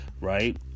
right